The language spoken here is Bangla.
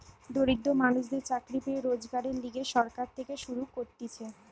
দরিদ্র মানুষদের চাকরি পেয়ে রোজগারের লিগে সরকার থেকে শুরু করতিছে